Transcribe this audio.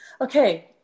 Okay